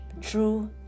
true